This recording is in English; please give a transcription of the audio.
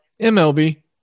MLB